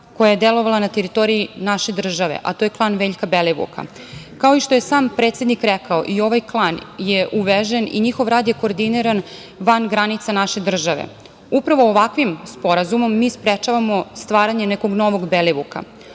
koja je delovala na teritoriji naše države, a to je klan Veljka Belivuka. Kao što je i sam predsednik rekao i ovaj klan je uvežen i njihov rad je koordiniran van granica naše države. Upravo ovakvim sporazumom mi sprečavamo stvaranje nekog novog Belivuka. Ugled